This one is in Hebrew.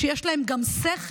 שיש להם גם שכל,